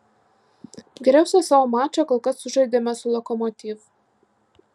geriausią savo mačą kol kas sužaidėme su lokomotiv